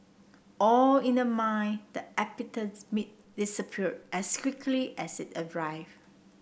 all in the mind the disappeared as quickly as it arrived